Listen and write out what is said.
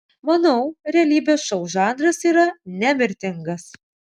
manau realybės šou žanras yra nemirtingas